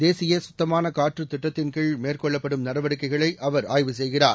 தேசியகத்தமானகாற்றதிட்டத்தின் கீழ மேற்கொள்ளப்படும் நடவடிக்கைகளைஅவர் ஆய்வு செய்கிறார்